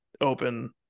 open